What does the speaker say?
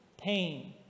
pain